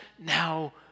now